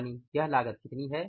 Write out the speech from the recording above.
यानि यह लागत कितनी है